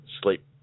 sleep